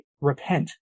repent